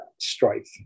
strife